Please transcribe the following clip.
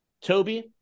Toby